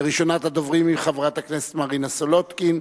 וראשונת הדוברים היא חברת הכנסת מרינה סולודקין.